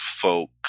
folk